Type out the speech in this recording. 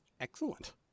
Excellent